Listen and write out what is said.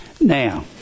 Now